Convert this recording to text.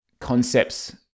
concepts